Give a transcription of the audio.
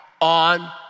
on